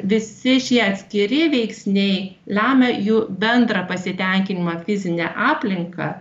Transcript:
visi šie atskiri veiksniai lemia jų bendrą pasitenkinimą fizine aplinka